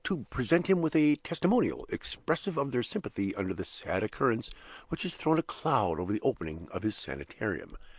about to present him with a testimonial, expressive of their sympathy under the sad occurrence which has thrown a cloud over the opening of his sanitarium,